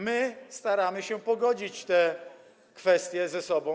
My staramy się pogodzić te kwestie ze sobą.